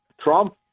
trump